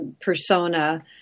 persona